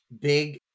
big